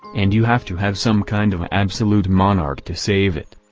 and you have to have some kind of a absolute monarch to save it.